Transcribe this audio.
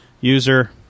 user